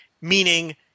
meaning